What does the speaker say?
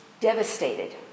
devastated